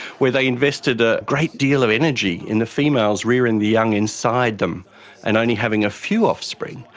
where they invested a great deal of energy in the females rearing the young inside them and only having a few offspring,